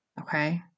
okay